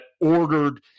ordered